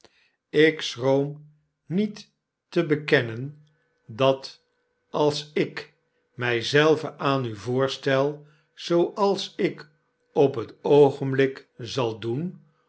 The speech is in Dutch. ik schroom niet te bekennen dat als ik my zelven aan u voorstel zooals ik op'toogenblik zal doen